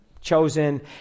chosen